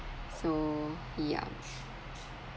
so yeah